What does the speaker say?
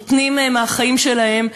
נותנים מהחיים שלהם,